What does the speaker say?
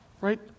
right